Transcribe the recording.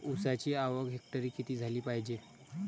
ऊसाची आवक हेक्टरी किती झाली पायजे?